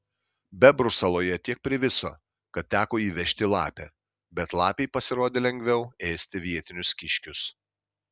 bebrų saloje tiek priviso kad teko įvežti lapę bet lapei pasirodė lengviau ėsti vietinius kiškius